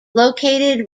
located